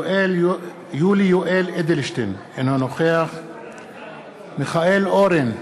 יולי יואל אדלשטיין, אינו נוכח מיכאל אורן,